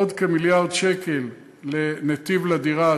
עוד כ-1 מיליארד שקל ל"נתיב לדירה",